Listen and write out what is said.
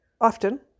often